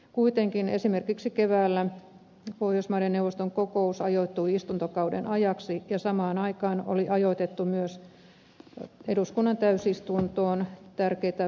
kuitenkin esimerkiksi keväällä pohjoismaiden neuvoston kokous ajoittui istuntokauden ajaksi ja samaan aikaan oli ajoitettu myös eduskunnan täysistuntoon tärkeitä budjettikeskusteluja